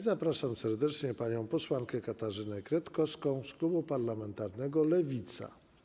Zapraszam serdecznie panią posłankę Katarzynę Kretkowską z klubu parlamentarnego Lewica.